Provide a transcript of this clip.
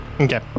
Okay